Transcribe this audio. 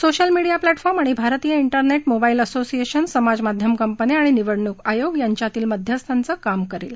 social media platform आणि भारतीय internet mobile association समाजमाध्यम कंपन्या आणि निवडणूक आयोग यांच्या मध्यस्थांचं काम करेल